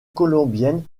colombienne